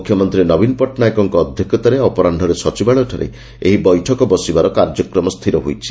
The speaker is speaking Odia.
ମୁଖ୍ୟମନ୍ତୀ ନବୀନ ପଟ୍ଟନାୟକଙ୍କ ଅଧ୍ୟଷତାରେ ଅପରାହ୍ବରେ ସଚିବାଳୟଠାରେ ଏହି ବୈଠକ ବସିବାର କାର୍ଯ୍ୟକ୍ରମ ସ୍ଥିର ହୋଇଛି